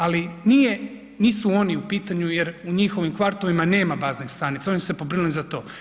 Ali nisu oni u pitanju jer u njihovim kvartovima nema baznih stanica, oni su se pobrinuli za to.